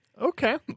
Okay